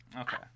Okay